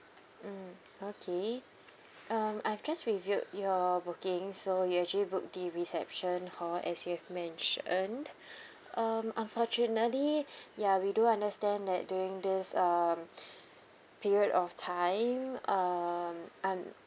mm okay um I have just reviewed your booking so you actually book the reception hall as you have mentioned um unfortunately ya we do understand that during this um period of time um I'm